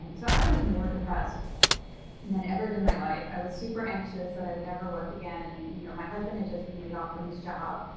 and so i was more depressed than i've ever been in my life. i was super anxious that i would never work again. and you know my husband had just been laid off from his job.